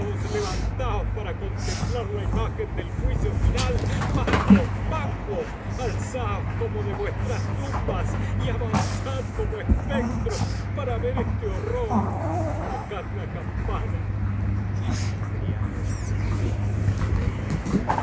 levantaos para contemplar la imagen del juicio final malcolm banquo alzaos como de vuestras tumbas y avanzad como espectros para ver este horror tocad la campana